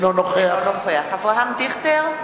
אינו נוכח אברהם דיכטר,